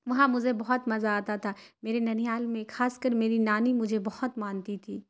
وہاں مزے بہت مزہ آتا تھا میرے ننیہال میں خاص کر میری نانی مجھے بہت مانتی تھی